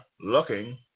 looking